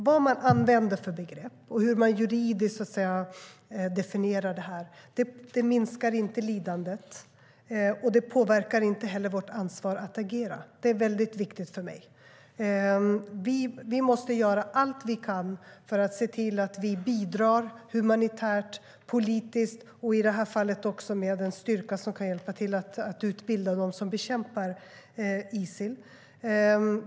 Vad vi använder för begrepp och hur vi definierar detta juridiskt minskar inte lidandet. Det påverkar inte heller vårt ansvar att agera. Det är viktigt för mig. Vi måste göra allt vi kan för att bidra humanitärt och politiskt. I detta fall måste vi också bidra med en styrka som kan hjälpa till att utbilda dem som bekämpar Isil.